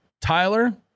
Tyler